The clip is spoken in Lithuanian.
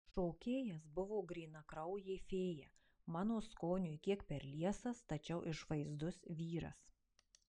šokėjas buvo grynakraujė fėja mano skoniui kiek per liesas tačiau išvaizdus vyras